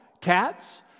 Cats